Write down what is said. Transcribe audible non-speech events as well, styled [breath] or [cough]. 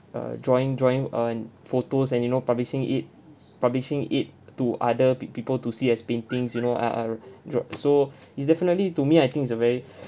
err drawing drawing on photos and you know publishing it publishing it to other pe~ people to see as paintings you know are are [breath] draw so [breath] it's definitely to me I think it's a very